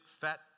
fat